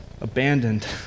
abandoned